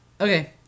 okay